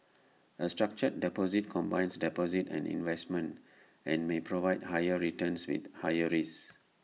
A structured deposit combines deposits and investments and may provide higher returns with higher risks